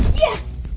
yes!